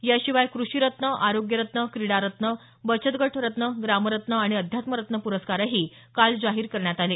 याशिवाय कृषीरत्न आरोग्यरत्न क्रीडारत्न बचतगट रत्न ग्रामरत्न आणि अध्यात्मरत्न प्रस्कारही जाहीर करण्यात आले